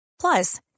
plus